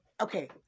okay